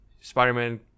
Spider-Man